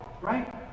right